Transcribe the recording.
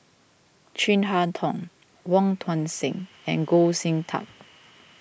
Chin Harn Tong Wong Tuang Seng and Goh Sin Tub